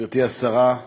גברתי השרה,